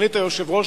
החליט היושב-ראש,